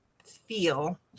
feel